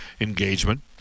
engagement